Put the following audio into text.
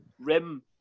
rim